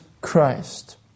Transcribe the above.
Christ